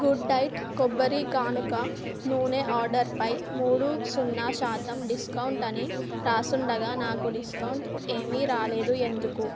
good Diet కొబ్బరి గానుగ నూనె ఆర్డర్పై మూడు సున్నా శాతం డిస్కౌంట్ అని వ్రాసి ఉండగా నాకు డిస్కౌంట్ ఏమీ రాలేదు ఎందుకు